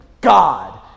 God